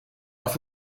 auf